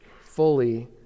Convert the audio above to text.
fully